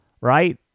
right